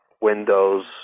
Windows